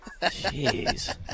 Jeez